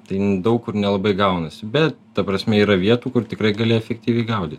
tai daug kur nelabai gaunasi bet ta prasme yra vietų kur tikrai gali efektyviai gaudyt